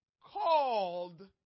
called